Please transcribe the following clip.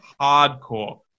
hardcore